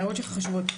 ההערות שלך חשובות.